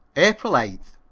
april eighth.